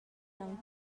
aunc